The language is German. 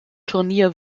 turnier